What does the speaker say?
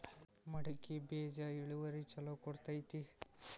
ಮಡಕಿ ಬೇಜ ಇಳುವರಿ ಛಲೋ ಕೊಡ್ತೆತಿ?